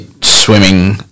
swimming